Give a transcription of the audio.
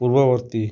ପୂର୍ବବର୍ତ୍ତୀ